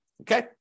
okay